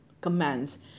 commands